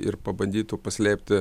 ir pabandytų paslėpti